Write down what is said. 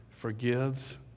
forgives